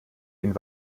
ihnen